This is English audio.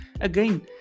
again